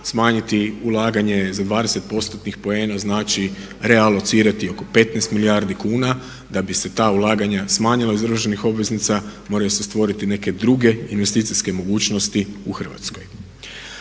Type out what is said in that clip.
smanjiti ulaganje za 20%-tnih poena znači realocirati oko 15 milijardi kuna. Da bi se ta ulaganja smanjila iz državnih obveznica moraju se stvoriti neke druge investicijske mogućnosti u Hrvatskoj.